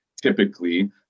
typically